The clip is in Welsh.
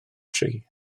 tri